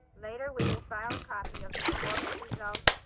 later, we will file a copy of the performance result's,